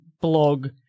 blog